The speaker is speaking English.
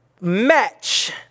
match